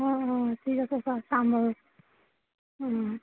অঁ অঁ ঠিক আছে ছাৰ চাম বাৰু